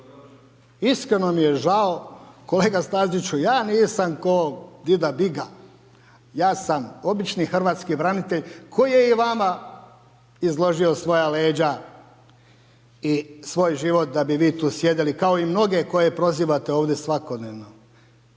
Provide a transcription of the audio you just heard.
Iskreno mi je žao. Kolega Staziću ja nisam kao „dida biga“. Ja sam obični hrvatski branitelj koji je i vama izložio svoja leđa i svoj život da bi vi tu sjedili kao i mnoge koje prozivate ovdje svakodnevno.